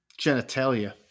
Genitalia